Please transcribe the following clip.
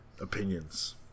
opinions